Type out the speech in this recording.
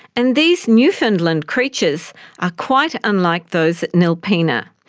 and these newfoundland creatures are quite unlike those at nilpena.